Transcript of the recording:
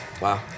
Wow